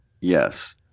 Yes